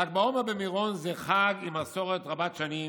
ל"ג בעומר במירון זה חג עם מסורת רבת שנים,